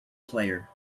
player